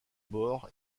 bore